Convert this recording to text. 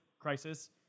crisis